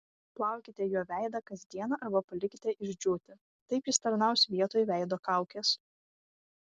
plaukite juo veidą kasdien arba palikite išdžiūti taip jis tarnaus vietoj veido kaukės